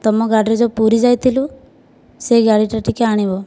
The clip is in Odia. ତୁମ ଗାଡ଼ି ରେ ଯେଉଁ ପୁରୀ ଯାଇଥିଲୁ ସେ ଗାଡ଼ିଟା ଟିକେ ଆଣିବ